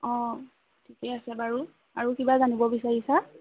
অঁ ঠিকে আছে বাৰু আৰু কিবা জানিব বিচাৰিছা